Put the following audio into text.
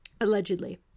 allegedly